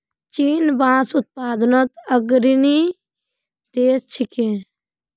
चीन बांस उत्पादनत अग्रणी देश छिके